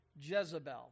Jezebel